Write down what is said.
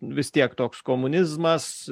vis tiek toks komunizmas